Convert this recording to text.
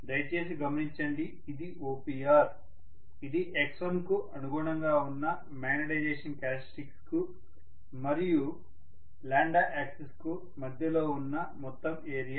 దయచేసి గమనించండి ఇది OPR ఇది x1కు అనుగుణంగా ఉన్న మ్యాగ్నెటైజేషన్ క్యారెక్టర్స్టిక్స్ కు మరియు యాక్సెస్ కు మధ్యలో ఉన్న మొత్తం ఏరియా